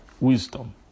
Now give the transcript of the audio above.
wisdom